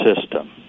system